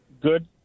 good